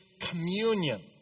communion